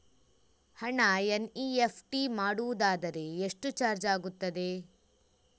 ಹಣ ಎನ್.ಇ.ಎಫ್.ಟಿ ಮಾಡುವುದಾದರೆ ಎಷ್ಟು ಚಾರ್ಜ್ ಆಗುತ್ತದೆ?